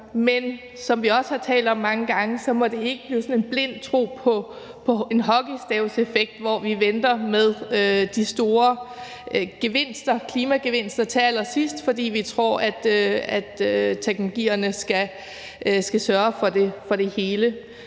Men som vi også har talt om mange gange, må det ikke blive sådan en blind tro på en hockeystavseffekt, hvor vi venter med de store klimagevinster til allersidst, fordi vi tror, at teknologierne skal sørge for det hele.